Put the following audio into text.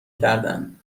کردن